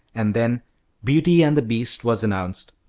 and then beauty and the beast was announced.